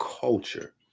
culture